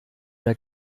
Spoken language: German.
der